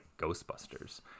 Ghostbusters